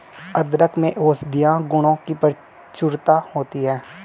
अदरक में औषधीय गुणों की प्रचुरता होती है